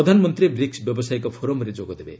ପ୍ରଧାନମନ୍ତ୍ରୀ ବ୍ରିକ୍ସ ବ୍ୟାବସାୟିକ ଫୋରମ୍ରେ ଯୋଗଦେବେ